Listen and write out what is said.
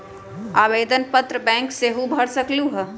आवेदन पत्र बैंक सेहु भर सकलु ह?